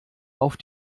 auf